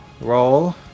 roll